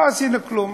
לא עשינו כלום,